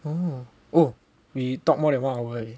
oh oh we talk more than one hour already